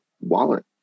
wallet